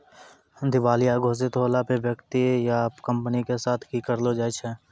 दिबालिया घोषित होला पे व्यक्ति या कंपनी के साथ कि करलो जाय छै?